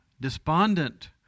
despondent